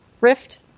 Rift